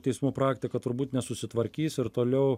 teismų praktika turbūt nesusitvarkys ir toliau